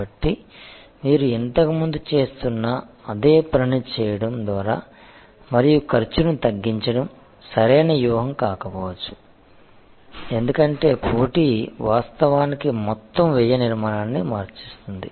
కాబట్టి మీరు ఇంతకుముందు చేస్తున్న అదే పనిని చేయడం ద్వారా మరియు ఖర్చును తగ్గించడం సరైన వ్యూహం కాకపోవచ్చు ఎందుకంటే పోటీ వాస్తవానికి మొత్తం వ్యయ నిర్మాణాన్ని మార్చింది